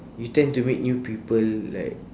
you tend to meet new people like